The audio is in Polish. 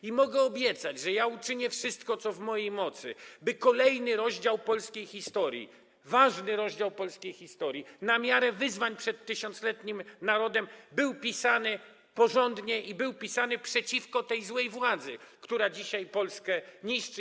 I mogę obiecać, że uczynię wszystko, co w mojej mocy, by kolejny rozdział polskiej historii, ważny rozdział polskiej historii, na miarę wyzwań przed 1000-letnim narodem, był pisany porządnie i był pisany przeciwko tej złej władzy, która dzisiaj Polskę niszczy.